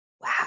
Wow